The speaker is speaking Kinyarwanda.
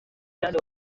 ahari